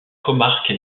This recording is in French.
comarque